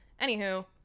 anywho